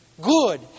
good